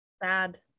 Bad